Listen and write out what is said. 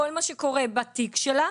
כל מה שקורה בתיק שלה,